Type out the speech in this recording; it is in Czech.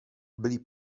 byli